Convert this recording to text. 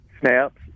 snaps